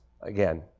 again